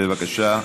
בבקשה,